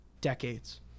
decades